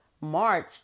March